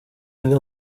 année